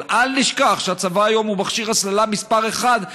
אבל אל נשכח שהצבא היום הוא מכשיר הסללה מספר אחת.